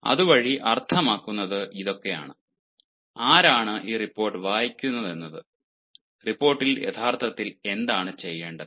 അതുവഴി അർത്ഥമാക്കുന്നത് ഇതൊക്കെയാണ് ആരാണ് ഈ റിപ്പോർട്ട് വായിക്കുകയെന്നത് റിപ്പോർട്ടിൽ യഥാർത്ഥത്തിൽ എന്താണ് ചെയ്യേണ്ടത്